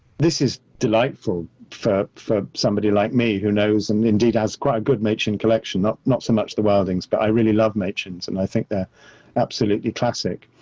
this is delightful for for somebody like me, who knows, and indeed has quite a good machin collection. not not so much the wildings, but i really love machins. and i think they're absolutely classic.